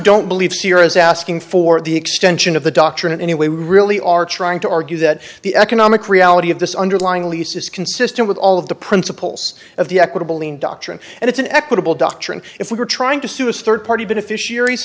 don't believe syria's asking for the extension of the doctrine in any way really are trying to argue that the economic reality of this underlying lease is consistent with all of the principles of the equitable and doctrine and it's an equitable doctrine if we're trying to suicide third party beneficiaries